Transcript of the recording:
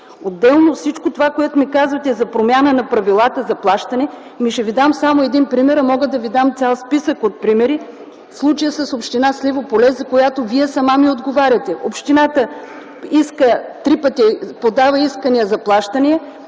Отделно от всичко това, което казвате, за промяна на правилата за плащане, ще Ви дам само един пример, а мога да Ви дам цял списък от примери – случаят с община Сливо поле, за който Вие сама ми отговаряте. Общината подава три пъти искания за плащания.